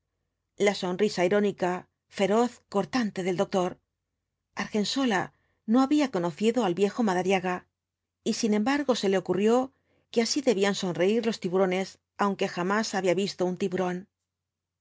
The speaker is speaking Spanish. la sonrisa irónica feroz cortante del doctor argensola no había conocido al viejo madariaga y sin embargo se le ocurrió que así debían sonreír los tiburones aunque jamás había visto un tiburón